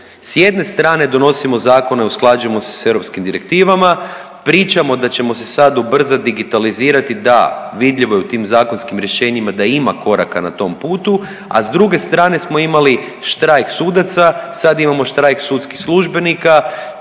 S jedne strane donosimo zakone, usklađujemo se s europskim direktivama, pričamo da ćemo se sad ubrzati, digitalizirati, da vidljivo je u tim zakonskim rješenjima da ima koraka na tom putu, a s druge strane smo imali štrajk sudaca, sad imamo štrajk sudskih službenika,